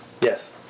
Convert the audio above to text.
yes